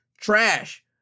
Trash